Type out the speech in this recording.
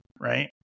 Right